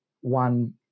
one